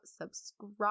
Subscribe